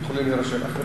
יכולים להירשם אחרים.